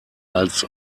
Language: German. als